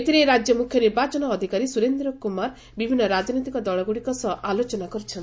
ଏଥିରେ ରାଜ୍ୟ ମୁଖ୍ୟ ନିର୍ବାଚନ ଅଧିକାରୀ ସୁରେନ୍ଦ୍ର କୁମାର ବିଭିନ୍ନ ରାଜନୈତିକ ଦଳଗୁଡ଼ିକ ସହ ଆଲୋଚନା କରିଛନ୍ତି